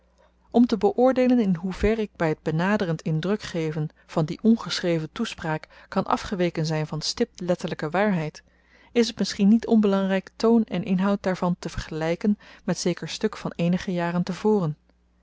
om te beoordeelen in hoever ik by t benaderend in druk geven van die ongeschreven toespraak kan afgeweken zyn van stipt letterlyke waarheid is t misschien niet onbelangryk toon en inhoud daarvan te vergelyken met zeker stuk van eenige jaren tevoren